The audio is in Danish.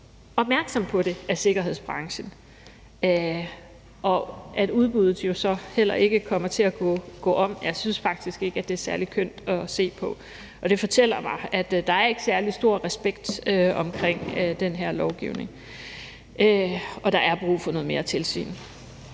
opmærksom på det af sikkerhedsbranchen. At udbuddet så heller ikke kommer til at gå om, synes jeg faktisk ikke er særlig kønt at se på. Det fortæller mig, at der ikke er særlig stor respekt omkring den her lovgivning, og at der er brug for noget mere tilsyn.